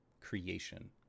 Creation